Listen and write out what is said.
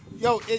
yo